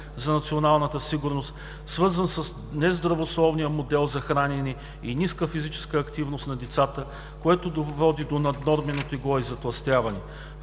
за националната сигурност, свързан с нездравословния модел на хранене и ниската физическа активност на децата, което води до наднормено тегло и затлъстяване.